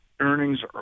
earnings